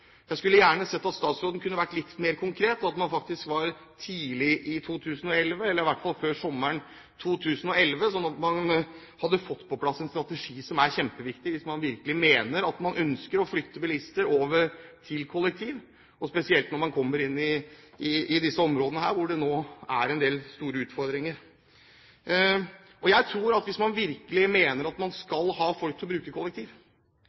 Jeg skulle gjerne sett at statsråden kunne vært litt mer konkret, og at man faktisk sa tidlig i 2011, eller i hvert fall før sommeren 2011, slik at man hadde fått på plass en strategi, som er kjempeviktig, hvis man virkelig mener at man ønsker å flytte bilister over til kollektiv, og spesielt når man kommer inn i disse områdene, hvor det er en del store utfordringer. Jeg tror at hvis man virkelig mener at man skal ha folk til å bruke kollektiv